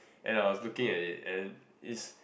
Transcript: and I was looking at it and it's